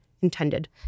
intended